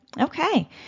Okay